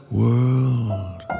world